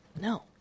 No